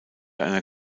einer